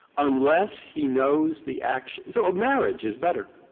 unless he knows the action so a marriage is better.